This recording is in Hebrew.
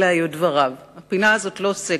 אלה היו דבריו: הפינה הזאת לא סקסית.